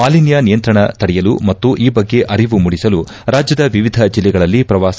ಮಾಲಿನ್ವ ನಿಯಂತ್ರಣ ತಡೆಯಲು ಮತ್ತು ಈ ಬಗ್ಗೆ ಅರಿವು ಮೂಡಿಸಲು ರಾಜ್ಯದ ವಿವಿಧ ಜಿಲ್ಲೆಗಳಲ್ಲಿ ಪ್ರವಾಸ